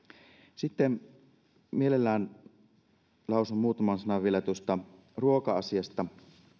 sitten mielellään lausun muutaman sanan vielä tuosta ruoka asiasta